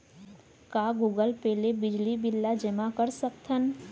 का Google Pay ले बिजली बिल ल जेमा कर सकथन?